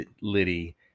Liddy